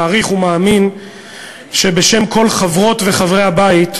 ומעריך ומאמין שבשם כל חברות וחברי הבית,